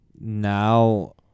Now